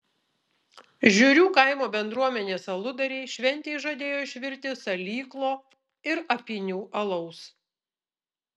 žiurių kaimo bendruomenės aludariai šventei žadėjo išvirti salyklo ir apynių alaus